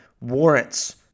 warrants